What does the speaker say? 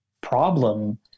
problem